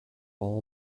all